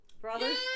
brothers